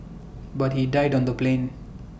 but he died on the plane